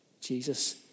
Jesus